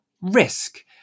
risk